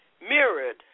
mirrored